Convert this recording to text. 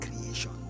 creation